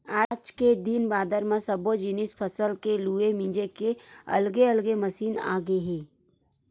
आज के दिन बादर म सब्बो जिनिस फसल के लूए मिजे के अलगे अलगे मसीन आगे हे